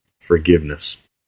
forgiveness